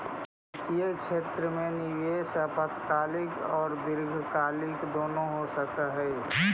वित्तीय क्षेत्र में निवेश अल्पकालिक औउर दीर्घकालिक दुनो हो सकऽ हई